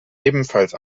ebenfalls